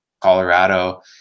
colorado